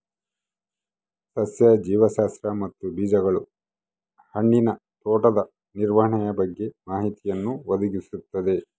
ಸಸ್ಯ ಜೀವಶಾಸ್ತ್ರ ಮತ್ತು ಬೀಜಗಳು ಹಣ್ಣಿನ ತೋಟದ ನಿರ್ವಹಣೆಯ ಬಗ್ಗೆ ಮಾಹಿತಿಯನ್ನು ಒದಗಿಸ್ತದ